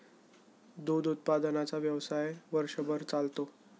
दूध उत्पादनाचा व्यवसाय वर्षभर चालतो